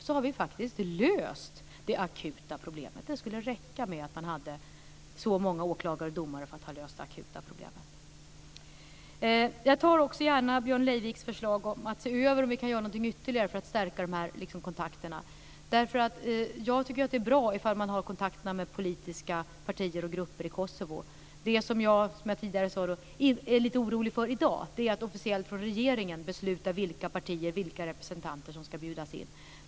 I så fall skulle vi lösa det akuta problemet. Det skulle räcka med att man hade så många åklagare och domare för att lösa det akuta problemet. Jag tar också gärna till mig Björn Leiviks förslag om att se över om vi kan göra någonting ytterligare för att stärka dessa kontakter. Jag tycker nämligen att det är bra om man har kontakter med politiska partier och grupper i Kosovo. Det som jag, som jag tidigare sagt, är lite orolig för i dag är att officiellt från regeringen besluta vilka partier, vilka representanter, som ska bjudas in.